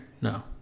no